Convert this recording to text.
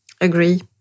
Agree